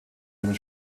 den